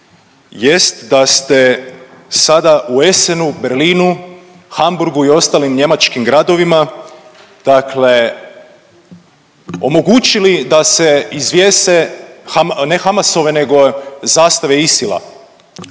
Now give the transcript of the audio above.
jest da ste sada u Essenu, Berlinu, Hamburgu i ostalim njemačkim gradovima, dakle omogućili da se izvjese ne Hamasove nego zastave ISIL-a.